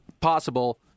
possible